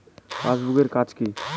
Passbook এর কাজ কি?